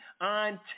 on